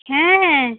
ᱦᱮᱸ ᱦᱮᱸ